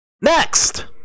Next